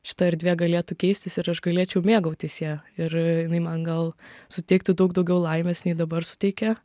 šita erdvė galėtų keistis ir aš galėčiau mėgautis ja ir jinai man gal suteiktų daug daugiau laimės nei dabar suteikia